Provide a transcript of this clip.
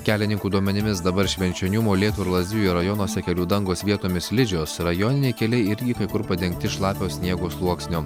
kelininkų duomenimis dabar švenčionių molėtų ir lazdijų rajonuose kelių dangos vietomis slidžios rajoniniai keliai irgi kai kur padengti šlapio sniego sluoksniu